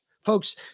Folks